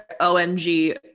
OMG